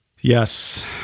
Yes